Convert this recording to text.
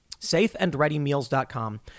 Safeandreadymeals.com